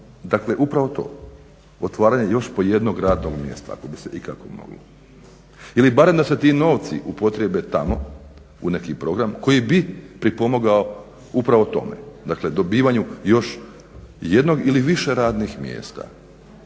dakle upravo to otvaranje još po jednog radnog mjesta, ako bi se ikako moglo, ili barem da se ti novci upotrijebe tamo u neki program koji bi pripomogao upravo tome, dakle dobivanju još jednog ili više radnih mjesta.